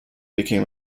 became